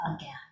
again